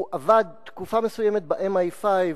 הוא עבד תקופה מסוימת ב-MI5